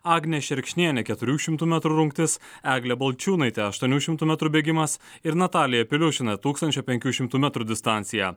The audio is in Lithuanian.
agnė šerkšnienė keturių šimtų metrų rungtis eglė balčiūnaitė aštuonių šimtų metrų bėgimas ir natalija piliušina tūkstančio penkių šimtų metrų distanciją